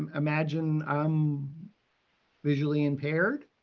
um imagine i'm visually impaired?